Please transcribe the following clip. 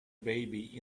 baby